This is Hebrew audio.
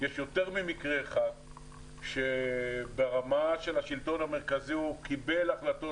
יותר ממקרה אחד שברמה של השלטון המרכזי הוא קיבל החלטות,